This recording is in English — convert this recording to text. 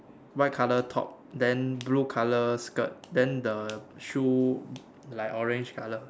white colour top then blue colour skirt then the shoe like orange colour